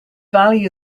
valley